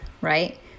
right